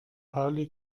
pauli